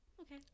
okay